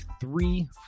three